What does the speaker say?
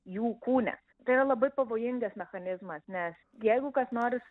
jų kūne tai yra labai pavojingas mechanizmas nes jeigu kas nors